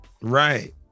Right